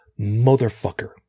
motherfucker